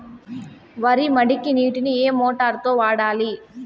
వరి మడికి నీటిని ఏ మోటారు తో వాడాలి?